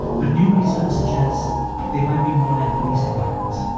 but new research suggests they might be more like police departments